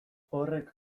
horrek